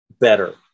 better